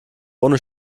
ohne